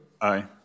Aye